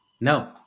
No